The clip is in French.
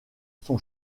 son